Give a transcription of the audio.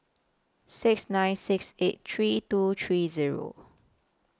six nine six eight three two three Zero